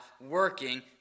working